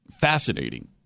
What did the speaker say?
fascinating